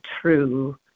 true